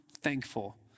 thankful